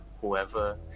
whoever